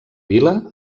vila